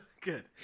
Good